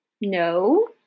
No